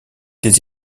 des